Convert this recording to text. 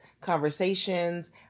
conversations